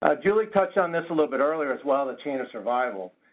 ah julie touched on this a little bit earlier as well, the chain of survival.